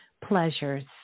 pleasures